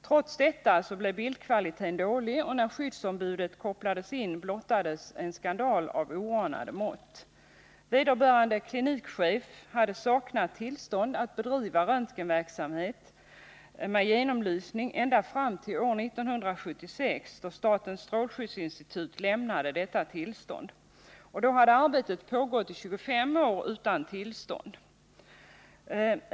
Trots detta blev bildkvaliteten dålig, och när skyddsombudet kopplades in blottades en skandal av oanade mått. Vederbörande klinikchef hade saknat tillstånd att bedriva röntgenverksamhet med genomlysning ända fram till 1976, då statens strålskyddsinstitut lämnade sådant tillstånd. Arbetet hade då pågått i ca 25 år utan tillstånd.